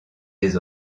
des